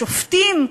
שופטים.